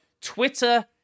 Twitter